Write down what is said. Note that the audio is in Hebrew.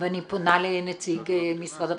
אני פונה לנציג משרד הפנים.